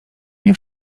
nie